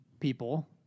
people